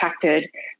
protected